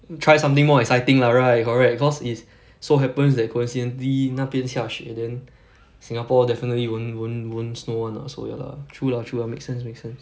try something more exciting lah right correct cause is so happens that coincidently 那边下雪 then singapore definitely won't won't won't snow [one] lah so ya lah true lah true lah make sense make sense